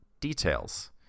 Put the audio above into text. details